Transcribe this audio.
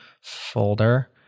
folder